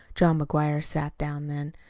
john mcguire sat down then.